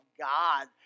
God